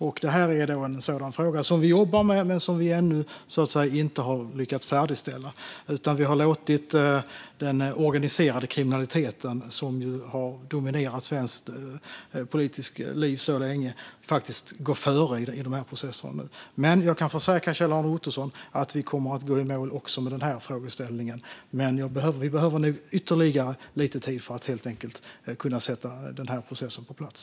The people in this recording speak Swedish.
Vi jobbar med denna fråga men är inte färdiga ännu eftersom vi har låtit frågan om den organiserade kriminaliteten, som har dominerat svensk politik så länge, gå före. Jag kan dock försäkra Kjell-Arne Ottosson om att vi kommer att gå i mål också med denna fråga. Vi behöver dock lite mer tid för att få denna process på plats.